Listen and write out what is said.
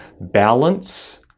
balance